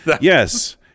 Yes